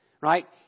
right